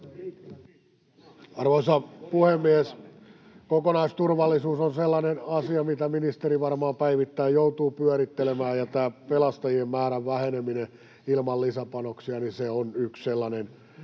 Arvoisa puhemies! Kokonaisturvallisuus on sellainen asia, mitä ministeri varmaan päivittäin joutuu pyörittelemään, ja tämä pelastajien määrän väheneminen ilman lisäpanoksia on yksi sellainen iso